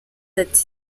ati